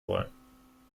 wollen